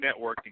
networking